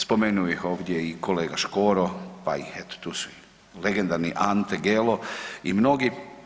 Spomenuo bih ovdje i kolegu Škoru, pa eto tu su i legendarni Ante Gelo i mnogi.